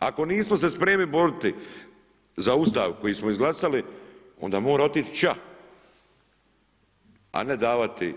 Ako nismo se spremni boriti za Ustav koji smo izglasali onda mora otići ća, a ne davati